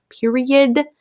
period